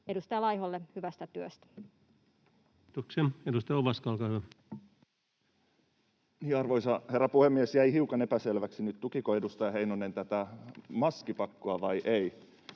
edustaja Laiholle hyvästä työstä. Kiitoksia. — Edustaja Ovaska, olkaa hyvä. Arvoisa herra puhemies! Jäi hiukan epäselväksi nyt, tukiko edustaja Heinonen tätä maskipakkoa vai ei.